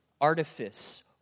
artifice